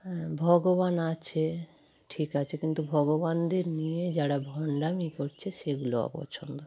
হ্যাঁ ভগবান আছে ঠিক আছে কিন্তু ভগবানদের নিয়ে যারা ভণ্ডামি করছে সেগুলো অপছন্দ